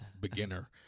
beginner